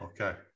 okay